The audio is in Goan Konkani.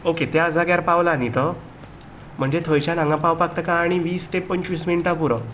ओके त्या जाग्यार पावला न्ही तो म्हणजे थंयच्यान हांगा पावपाक तेका आनी वीस ते पंचवीस मिनटां पुरो